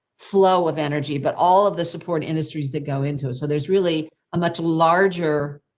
flow of energy, but all of the support industries that go into it. so there's really a much larger.